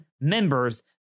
members